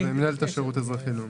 ומינהלת השירות אזרחי לאומי.